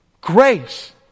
grace